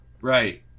Right